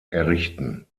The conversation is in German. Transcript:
errichten